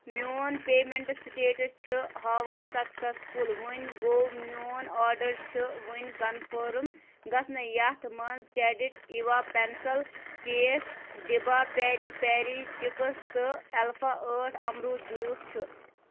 میٚون payment status چھِ ہاوان سکسیٚسفُل وۄنۍ گوٚو میٛون آرڈر چھ وُنہِ کنفٲرٕم گژھنٕے یتھ مَنٛز کَڈِٹ ایٖوا پٮ۪نسل کیس دِبھا پیٚری پیٚری چِپس تہٕ الفا ٲٹھ امروٗد جوٗس چھُ